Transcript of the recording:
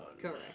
Correct